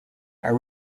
are